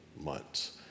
months